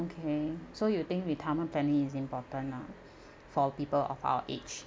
okay so you think retirement planning is important ah for people of our age